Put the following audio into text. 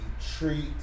treat